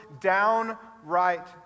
downright